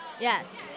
yes